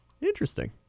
Interesting